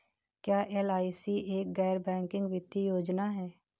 क्या एल.आई.सी एक गैर बैंकिंग वित्तीय योजना है?